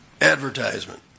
advertisement